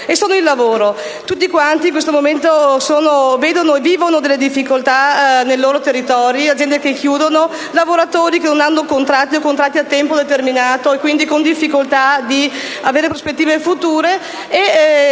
al tema del lavoro. Tutti quanti in questo momento vedono e vivono delle difficoltà nei loro territori: aziende che chiudono, lavoratori che non hanno contratti o contratti a tempo determinato, quindi con difficoltà di avere prospettive future,